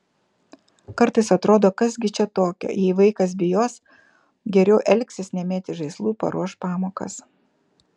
kartais atrodo kas gi čia tokio jei vaikas bijos geriau elgsis nemėtys žaislų paruoš pamokas